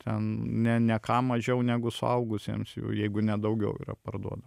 ten ne ne ką mažiau negu suaugusiems jau jeigu ne daugiau yra parduodama